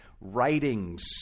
writings